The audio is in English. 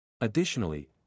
Additionally